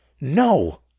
No